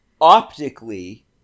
optically